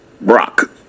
Brock